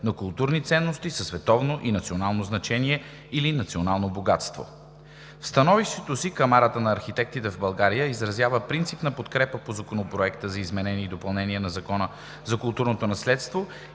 на културни ценности със световно и национално значение или национално богатство. В становището си Камарата на архитектите в България изразява принципна подкрепа по Законопроекта за изменение и допълнение на Закона за културното наследство